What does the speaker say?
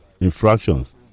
infractions